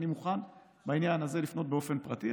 אני מוכן בעניין הזה לפנות באופן פרטי.